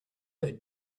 that